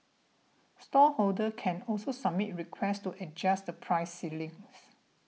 stallholders can also submit requests to adjust the price ceilings